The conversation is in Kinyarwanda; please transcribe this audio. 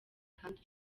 kandi